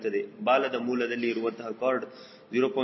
ಬಾಲದ ಮೂಲದಲ್ಲಿ ಇರುವಂತಹ ಕಾರ್ಡ್ 0